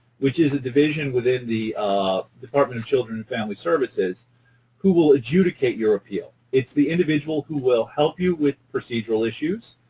which is a division within the department of children and family services who will adjudicate your appeal. it's the individual who will help you with procedural issues,